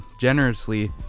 generously